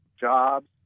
jobs